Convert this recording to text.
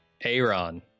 Aaron